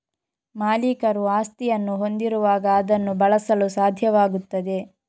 ಮಾಲೀಕರು ಆಸ್ತಿಯನ್ನು ಹೊಂದಿರುವಾಗ ಅದನ್ನು ಬಳಸಲು ಸಾಧ್ಯವಾಗುತ್ತದೆ